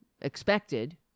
expected